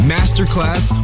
Masterclass